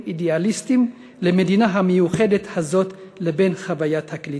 אידיאליסטים למדינה המיוחדת הזאת לבין חוויית הקליטה.